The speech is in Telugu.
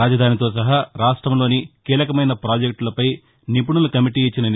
రాజధానితో సహా రాష్ట్రంలోని కీలకమైన ప్రాజెక్టులపై నిపుణుల కమిటీ ఇచ్చిన ని